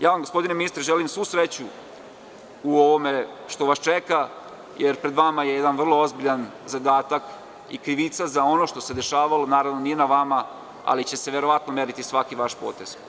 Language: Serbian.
Ja vam, gospodine ministre, želim svu sreću u ovome što vas čeka, jer pred vama je jedan vrlo ozbiljan zadatak i krivica za ono što se dešavalo naravno nije na vama, ali će se verovatno meriti svaki vaš potez.